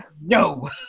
No